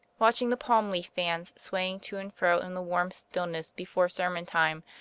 watching the palm-leaf fans swaying to and fro in the warm stillness before sermon time,